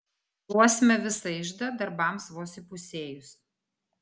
iššluosime visą iždą darbams vos įpusėjus